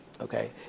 Okay